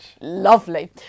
Lovely